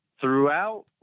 throughout